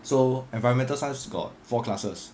so environmental science got four classes